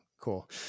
cool